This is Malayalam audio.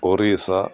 ഒറീസ